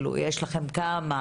יש לכם כמה